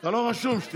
אתה לא רשום, שתדע.